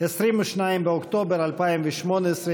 22 באוקטובר 2018,